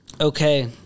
okay